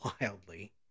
wildly